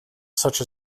such